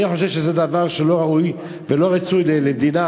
אני חושב שזה דבר שהוא לא ראוי ולא רצוי למדינה